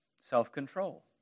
Self-control